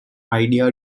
idea